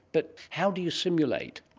but how do you simulate?